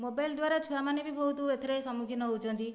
mobile ଦ୍ୱାରା ଛୁଆମାନେ ବି ବହୁତ ଏଥିରେ ସମ୍ମୁଖୀନ ହେଉଛନ୍ତି